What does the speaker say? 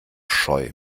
scheu